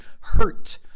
hurt